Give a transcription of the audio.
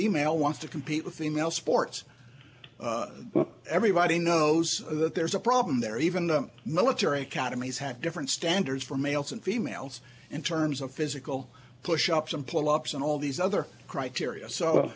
e mail wants to compete with female sports everybody knows that there's a problem there even the military academies have different standards for males and females in terms of physical pushups and plucks and all these other criteria so